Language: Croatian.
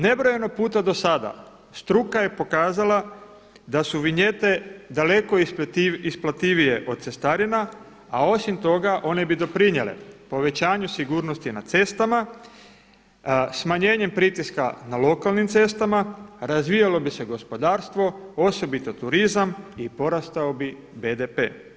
Nebrojeno puta do sada struka je pokazala da su vinjete daleko isplativije od cestarina, a osim toga one bi doprinijele povećanju sigurnosti na cestama, smanjenjem pritiska na lokalnim cestama, razvijalo bi se gospodarstvo osobito turizam i porastao bi BDP.